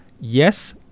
yes